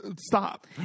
stop